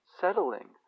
settling